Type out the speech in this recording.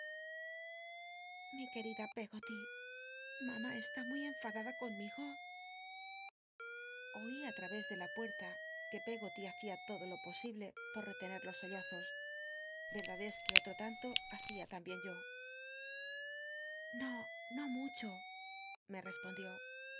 ii querida peggoty mnm i hi muy en fa dada conmigo oí l tr wés de la puerta que peggo l y hacia lodo lo posible por retener los sollozos renlad es qne otro tanto hacia tambien yo o no mucho me res